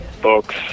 books